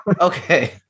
Okay